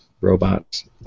robots